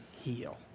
heal